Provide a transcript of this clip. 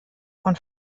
und